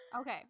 Okay